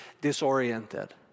disoriented